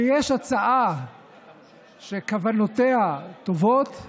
הוא שכשיש הצעה שכוונותיה טובות,